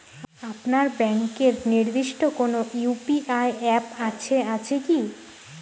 আপনার ব্যাংকের নির্দিষ্ট কোনো ইউ.পি.আই অ্যাপ আছে আছে কি?